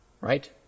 right